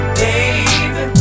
baby